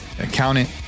accountant